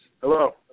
Hello